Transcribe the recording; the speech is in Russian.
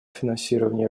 финансировании